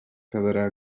quedarà